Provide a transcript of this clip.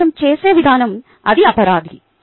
ఉపన్యాసం చేసే విధానం అది అపరాధి